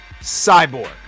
Cyborg